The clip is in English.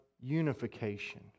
unification